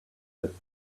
lived